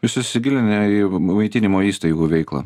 jūs įsigilinę į maitinimo įstaigų veiklą